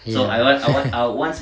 ya